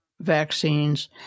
vaccines